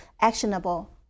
actionable